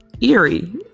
eerie